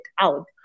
out